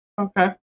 Okay